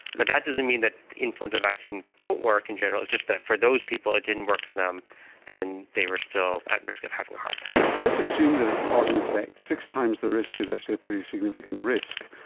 but that doesn't mean that influenza vaccines don't work in general, it's just that for those people it didn't work for them and then they were still at risk of having a heart attack. so let's assume that it's cause and effect, six times the risk is actually a pretty significant risk.